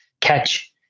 catch